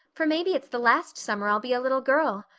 for maybe it's the last summer i'll be a little girl.